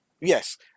yes